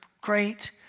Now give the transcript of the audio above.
great